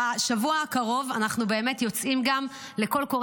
בשבוע הקרוב אנחנו באמת יוצאים גם בקול קורא